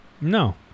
No